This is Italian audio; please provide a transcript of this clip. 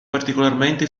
particolarmente